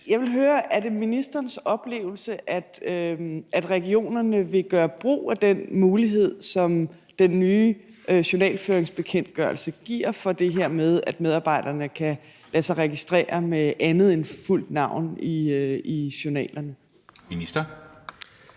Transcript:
Jeg vil høre: Er det ministerens oplevelse, at regionerne vil gøre brug af den mulighed, som den nye journalføringsbekendtgørelse giver for det her med, at medarbejderne kan lade sig registrere med andet end fuldt navn i journalerne? Kl.